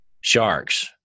sharks